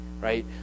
right